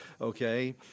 okay